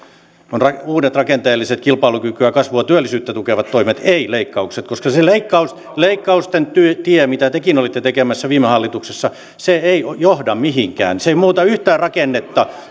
ovat uudet rakenteelliset kilpailukykyä kasvua ja työllisyyttä tukevat toimet eivät leikkaukset koska se leikkausten tie mitä tekin olitte tekemässä viime hallituksessa ei johda mihinkään se ei muuta yhtään rakennetta